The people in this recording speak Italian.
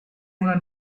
una